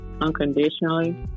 unconditionally